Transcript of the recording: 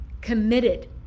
committed